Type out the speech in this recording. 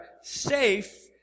safe